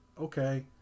okay